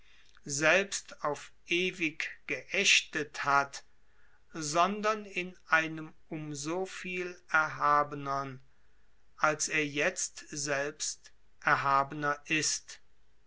selbst auf ewig geächtet hat sondern in einem um so viel erhabenern als er selbst erhabener ist